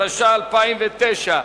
התש"ע 2009,